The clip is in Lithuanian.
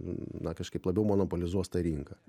na kažkaip labiau monopolizuos tą rinką